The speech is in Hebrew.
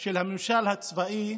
של הממשל הצבאי